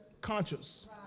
conscious